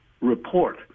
report